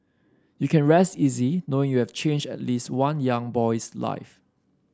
you can rest easy knowing you have changed at least one young boy's life